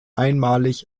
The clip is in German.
einmalig